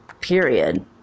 Period